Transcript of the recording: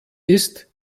ist